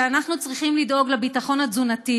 שאנחנו צריכים לדאוג לביטחון התזונתי